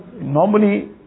normally